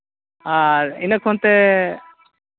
ᱟᱨ ᱤᱱᱟᱹ ᱠᱷᱚᱱ ᱛᱮ